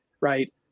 right